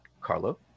Carlo